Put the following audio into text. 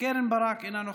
קרן ברק, אינה נוכחת.